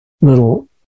little